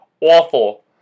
awful